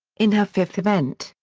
in her fifth event,